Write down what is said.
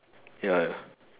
ya